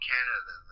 Canada